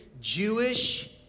Jewish